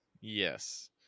Yes